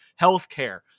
Healthcare